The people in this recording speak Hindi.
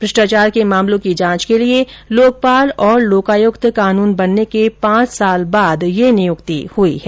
भ्रष्टाचार के मामलों की जांच के लिए लोकपाल और लोकायुक्त कानून बनने के पांच साल बाद ये नियुक्ति हुई है